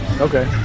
Okay